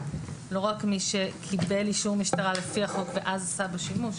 לא רק מי שקיבל אישור משטרה לפי החוק ואז עשה בו שימוש.